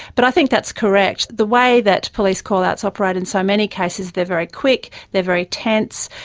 but i think that's correct, the way that police callouts operate in so many cases, they are very quick, they're very tense.